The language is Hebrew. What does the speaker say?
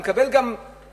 אלא גם מקבל גם תגמול,